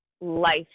life